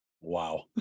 wow